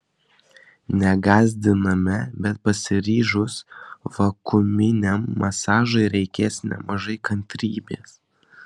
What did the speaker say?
negąsdiname bet pasiryžus vakuuminiam masažui reikės nemažai kantrybės